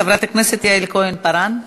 חברת הכנסת יעל כהן-פארן.